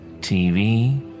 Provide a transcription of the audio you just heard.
TV